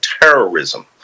terrorism